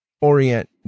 orient